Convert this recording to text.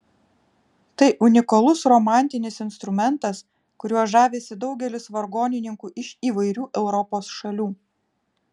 tai unikalus romantinis instrumentas kuriuo žavisi daugelis vargonininkų iš įvairių europos šalių